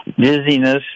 dizziness